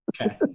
Okay